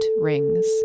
rings